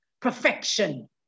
Perfection